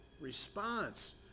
response